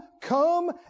come